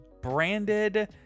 branded